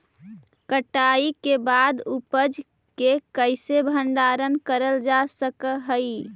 कटाई के बाद उपज के कईसे भंडारण करल जा सक हई?